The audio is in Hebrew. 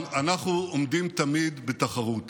אבל אנחנו עומדים תמיד בתחרות.